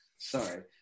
Sorry